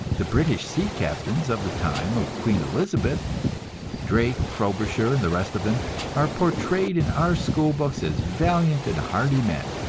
the british sea-captains of the time of queen elizabeth drake, frobisher, and the rest of them are portrayed in our school books as valiant and hardy men,